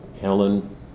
Helen